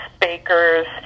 bakers